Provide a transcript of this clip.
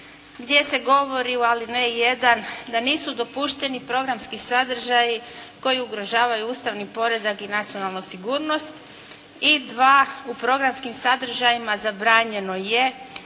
gdje se govori u alineji 1. da nisu dopušteni programski sadržaji koji ugrožavaju ustavni poredak i nacionalnu sigurnost i 2. u programskim sadržajima zabranjeno je